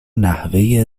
نحوه